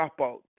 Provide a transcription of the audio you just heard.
dropout